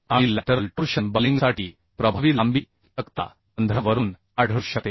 आणि बाजूकडील टोर्शन बकलिंगसाठी प्रभावी लांबी तक्ता 15 वरून आढळू शकते